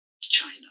China